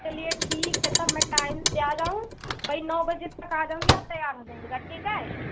चलिए ठीक है तब मैं टाइम से आ जाऊ वही नौ बजे तक आ जाऊँगी आप तैयार हो जाइएगा ठीक है